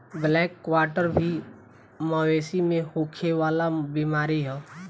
black quarter भी मवेशी में होखे वाला बीमारी ह